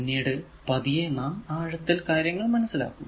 പിന്നീട് പതിയെ നാം ആഴത്തിൽ കാര്യങ്ങൾ മനസ്സിലാക്കും